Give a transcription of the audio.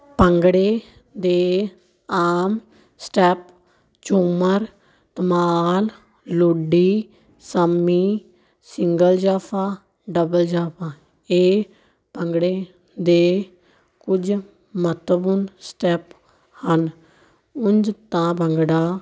ਭੰਗੜੇ ਦੇ ਆਮ ਸਟੈਪ ਝੂਮਰ ਧਮਾਲ ਲੁੱਡੀ ਸੰਮੀ ਸਿੰਗਲ ਜਾਫਾ ਡਬਲ ਜਾਫਾ ਇਹ ਭੰਗੜੇ ਦੇ ਕੁਝ ਮਹੱਤਵਪੂਰਨ ਸਟੈਪ ਹਨ ਉਂਝ ਤਾਂ ਭੰਗੜਾ